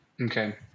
okay